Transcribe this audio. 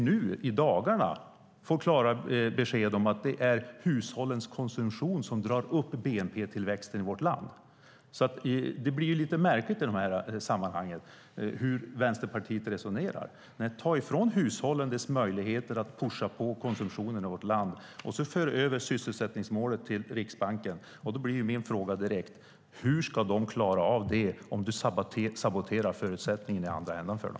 Nu i dagarna får vi klara besked om att det är hushållens konsumtion som drar upp bnp-tillväxten i vårt land. Vänsterpartiets resonemang i de här sammanhangen blir lite märkligt. Man tar ifrån hushållen deras möjlighet att pusha på konsumtionen i vårt land. Man för över sysselsättningsmålet till Riksbanken. Då blir min fråga direkt: Hur ska Riksbanken klara av detta om ni i andra ändan samtidigt saboterar förutsättningarna för dem?